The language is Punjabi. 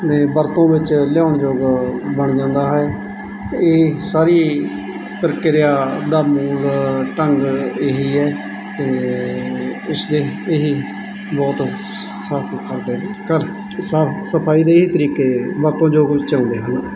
ਨੇ ਵਰਤੋਂ ਵਿੱਚ ਲਿਆਉਣ ਯੋਗ ਬਣ ਜਾਂਦਾ ਹੈ ਇਹ ਸਾਰੀ ਪ੍ਰਕਿਰਿਆ ਦਾ ਮੂਲ ਢੰਗ ਇਹ ਹੀ ਹੈ ਅਤੇ ਉਸਦੇ ਇਹ ਹੀ ਬਹੁਤ ਸਾਫ਼ ਕਰਦੇ ਨੇ ਕਰ ਸਾਫ਼ ਸਫਾਈ ਦੇ ਰਹੀ ਇਹੀ ਤਰੀਕੇ ਵਰਤੋਂਯੋਗ ਵਿੱਚ ਆਉਂਦੇ ਹਨ